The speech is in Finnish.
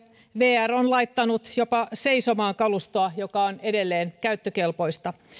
vr on laittanut jopa seisomaan kalustoa joka on edelleen käyttökelpoista